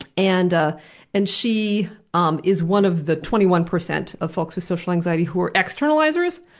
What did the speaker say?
and and she um is one of the twenty one percent of folks with social anxiety who are externalisers.